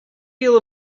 deal